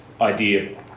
idea